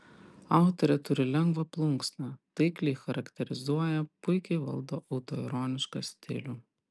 autorė turi lengvą plunksną taikliai charakterizuoja puikiai valdo autoironišką stilių